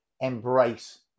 embrace